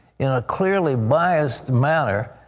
in a clearly bias manner,